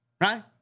Right